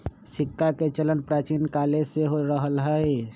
सिक्काके चलन प्राचीन काले से हो रहल हइ